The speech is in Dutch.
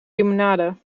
limonade